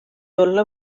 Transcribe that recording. olla